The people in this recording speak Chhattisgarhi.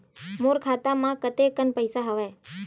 मोर खाता म कतेकन पईसा हवय?